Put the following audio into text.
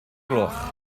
gloch